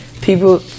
people